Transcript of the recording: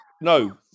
no